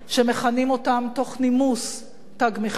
שמכנים אותם מתוך נימוס "תג מחיר",